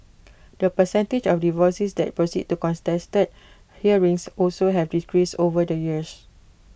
the percentage of divorces that proceed to contested hearings also has decreased over the years